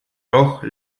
doch